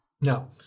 No